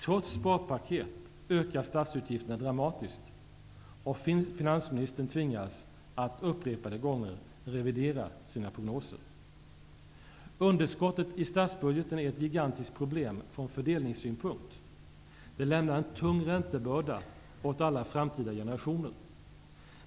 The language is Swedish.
Trots sparpaketen ökar statsutgifterna dramatiskt, och finansministern tvingas att upprepade gånger revidera sina prognoser. Underskottet i statsbudgeten är ett gigantiskt problem från fördelningssynpunkt. Det lämnar en tung räntebörda åt alla framtida generationer.